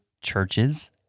churches